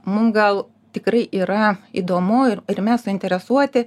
mum gal tikrai yra įdomu ir ir mes suinteresuoti